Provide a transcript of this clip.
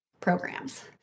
programs